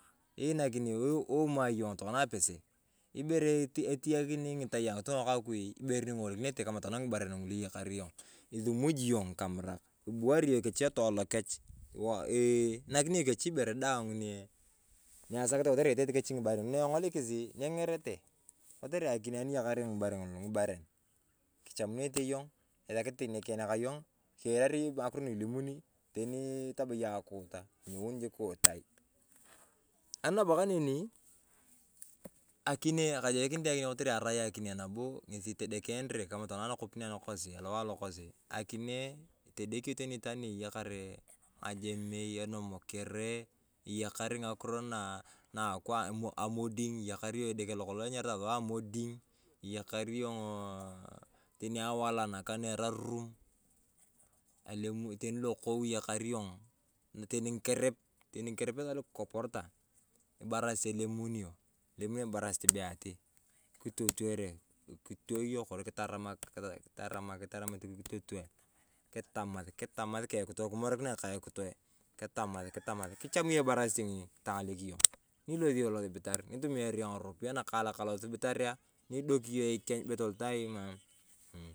Inakini imuai tokona apese, ibere itiyakini ng’itai ang’itung’a kaa kui arai ibere ni ing’olikinete kamaa tokona ng’ibaren eyakar yong, isumuji yong ng’ikamurak, ibuwari yong kechi etoolo kech, eeh inakini yong kechi ibere daang ni esakete kotere itete kechi ng’ibaren. Ani eng’olikis nyeng’erete kotere akinee, eyakar yong ng’ibaren ng’ulu ng’abaren, kichamunete yong, esakete teni ekiyan kayong, kiirario ng’akiro na ilimuni yong, teni kitamaa yong akuuta, inyeuni jik kiutai. Ani nabo kaneni, kajokinit ayong akinee kotere arai akinee ng’esi itedekenere kamaa tokona anakopin anakosi itedeki tani itwaan ni eyakare ng’ajemei, enomokere, eyakar ng’akiro na akwaan amoding, edeke lo kolong anyaritaa amoding, eyakar yong teni awala na erarum, teni lokou eyakar yong, teni ng’ikerep, teni ng’ikerep ng’asain na kikoporeta, ibarasit elemunio, elemunio ibarasit abee atii kitotore, kitotore kori kitaramak kitaramak kitaramak kitotore, kitamas kitamas kaa ekitoe. Kimorikinae kaa ekitoe kitamus kitamus. Kicham yong ibarasit ng’ini, kitang’alek yong. Nyilosi yong losibitar, nyitumiari yong ng’aropiyae nakalak alosibitaria, nyidoki yong ikeny toloto be toloto ai emam.